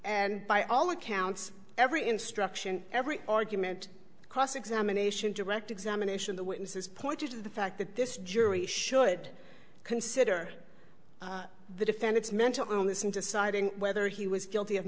and by all accounts every instruction every argument cross examination direct examination the witnesses pointed to the fact that this jury should consider the defendant's mental illness in deciding whether he was guilty of